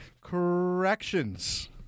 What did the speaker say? Corrections